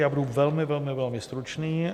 Já budu velmi, velmi, velmi stručný.